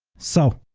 so,